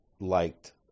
liked